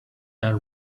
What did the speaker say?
that